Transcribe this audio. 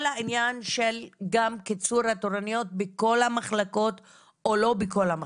כל העניין גם של קיצור התורניות בכל המחלקות או לא בכל המחלקות.